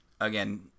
again